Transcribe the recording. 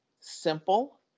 simple